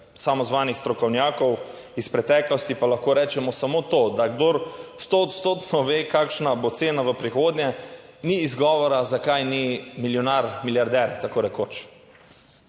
samozvanih strokovnjakov iz preteklosti pa lahko rečemo samo to, da kdor stoodstotno ve, kakšna bo cena v prihodnje, ni izgovora, zakaj ni milijonar, milijarder tako rekoč.